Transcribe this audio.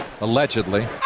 Allegedly